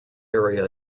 area